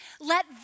Let